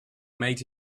made